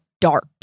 dark